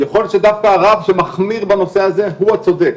יכול להיות שדווקא הרב שמחמיר בנושא הזה הוא הצודק,